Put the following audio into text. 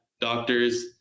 doctors